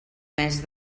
mes